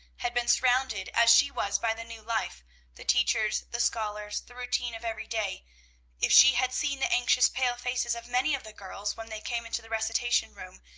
had been surrounded as she was by the new life the teachers, the scholars, the routine of everyday if she had seen the anxious, pale faces of many of the girls when they came into the recitation room,